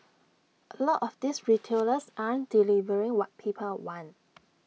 A lot of these retailers aren't delivering what people want